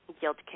Guilt